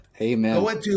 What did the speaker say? Amen